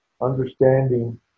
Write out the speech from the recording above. understanding